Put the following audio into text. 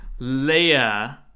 Leia